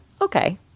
Okay